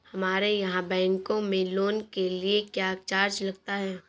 हमारे यहाँ बैंकों में लोन के लिए क्या चार्ज लगता है?